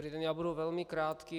Já budu velmi krátký.